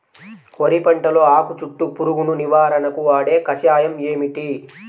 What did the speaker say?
వరి పంటలో ఆకు చుట్టూ పురుగును నివారణకు వాడే కషాయం ఏమిటి?